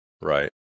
right